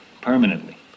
Permanently